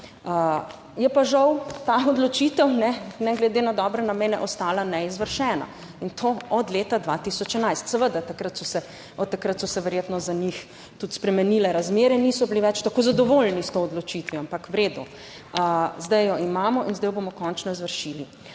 Je pa žal ta odločitev, ne glede na dobre namene ostala neizvršena, in to od leta 2011. Seveda, od takrat so se verjetno za njih tudi spremenile razmere, niso bili več tako zadovoljni s to odločitvijo. Ampak v redu, zdaj jo imamo in zdaj jo bomo končno izvršili.